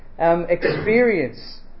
Experience